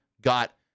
got